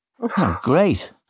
Great